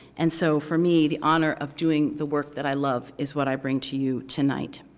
and so for me, the honor of doing the work that i love is what i bring to you tonight.